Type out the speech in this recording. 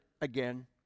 again